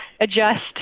adjust